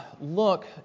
look